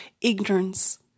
ignorance